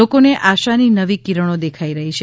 લોકોને આશાની નવી કિરણો દેખાઇ રહી છે